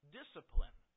discipline